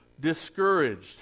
discouraged